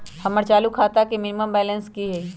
हमर चालू खाता के मिनिमम बैलेंस कि हई?